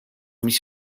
mis